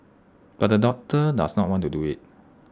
but the doctor does not want to do IT